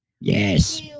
Yes